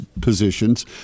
positions